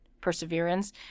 perseverance